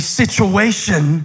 situation